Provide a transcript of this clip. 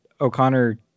O'Connor